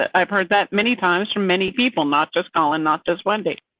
ah i've heard that many times for many people not just call and not just one day.